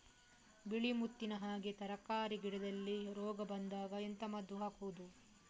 ಬಿಳಿ ಮುತ್ತಿನ ಹಾಗೆ ತರ್ಕಾರಿ ಗಿಡದಲ್ಲಿ ರೋಗ ಬಂದಾಗ ಎಂತ ಮದ್ದು ಹಾಕುವುದು?